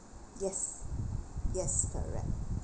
yes yes correct